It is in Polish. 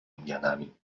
indianami